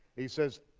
he says,